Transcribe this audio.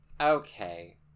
okay